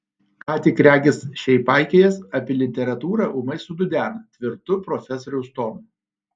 ką tik regis šiaip paikiojęs apie literatūrą ūmai sududena tvirtu profesoriaus tonu